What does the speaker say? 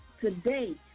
today